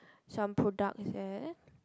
some products there